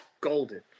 Golden